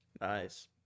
nice